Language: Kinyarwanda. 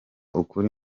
ukuri